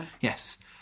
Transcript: yes